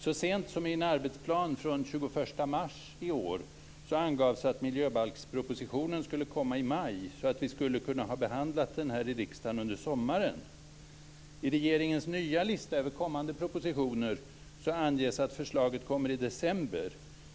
Så sent som i en arbetsplan den 21 mars i år angavs att miljöbalkspropositionen skulle komma i maj, så att den skulle ha kunnat behandlats av riksdagen under sommaren. I regeringens nya lista över kommande propositioner anges att förslaget kommer i december.